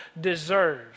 deserve